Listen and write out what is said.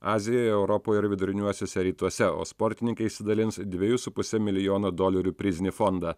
azijoje europoje ir viduriniuosiuose rytuose o sportininkai išsidalins dviejų su puse milijono dolerių prizinį fondą